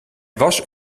was